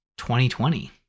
2020